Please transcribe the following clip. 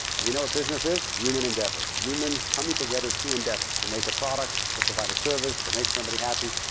and you know what business is? human endeavors. humans coming together to endeavor to make a product, to provide a service, to make somebody happy.